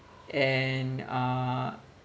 and uh